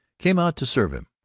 came out to serve him.